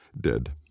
dead